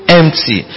empty